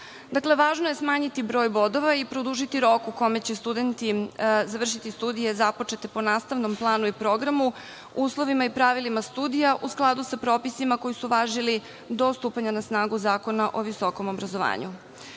budžeta. Važno je smanjiti broj bodova i produžiti rok u kome će studenti završiti studije započete po nastavnom planu i programu, uslovima i pravilima studija u skladu sa propisima koji su važili do stupanja na snagu Zakona o visokom obrazovanju. Snižavanje